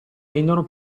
rendono